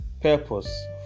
Purpose